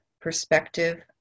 perspective